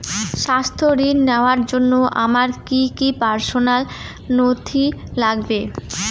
স্বাস্থ্য ঋণ নেওয়ার জন্য আমার কি কি পার্সোনাল নথি লাগবে?